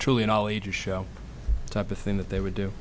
truly an all ages show type of thing that they would do